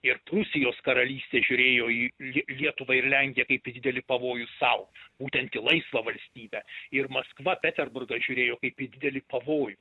ir prūsijos karalystė žiūrėjo į lie lietuvą ir lenkiją kaip į didelį pavojų sau būtent į laisvą valstybę ir maskva peterburgas žiūrėjo kaip į didelį pavojų